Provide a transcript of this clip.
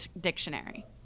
Dictionary